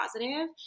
positive